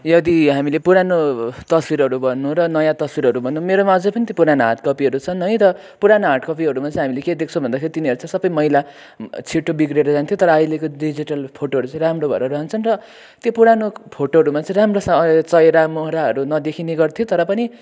यदि हामीले पुरानो तस्बिरहरू भन्नु र नयाँ तस्बिरहरू भन्नु मेरोमा अझै पनि त्यो पुरानो हार्ड कपीहरू छन् है र पुरानो हार्ड कपीहरूमा चाहिँ हामीले के देख्छौँ भन्दाखेरि तिनीहरू चाहिँ सबै मैला छिटो बिग्रेर जान्थ्यो तर अहिलेको डिजिटल फोटोहरू चाहिँ राम्रो भएर रहन्छन् र त्यो पुरानो फोटोहरूमा चाहिँ राम्रोसँग चेहरा मोहरा नदेखिने गर्थ्यो तर पनि